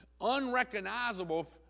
unrecognizable